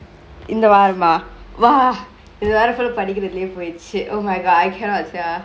இந்த வாரமா:indtha vaarama !wah! இந்த வாரொ:indtha vaaro full லா படிக்கரதுலெயே போயிடுச்சி:laa padikarathuleyae poyiduchi oh my god I cannot sia